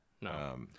No